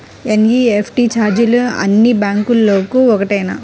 NEFT ఛార్జీలు అన్నీ బ్యాంక్లకూ ఒకటేనా?